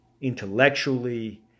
intellectually